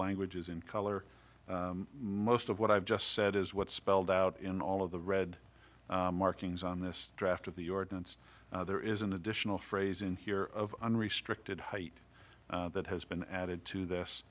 language is in color most of what i've just said is what spelled out in all of the red markings on this draft of the ordinance there is an additional phrase in here of unrestricted height that has been added to this